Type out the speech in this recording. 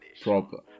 proper